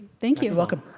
thank you. you're welcome.